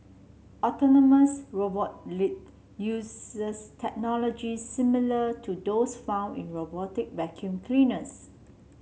autonomous robot Lynx uses technology similar to those found in robotic vacuum cleaners